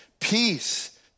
Peace